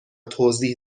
توضیح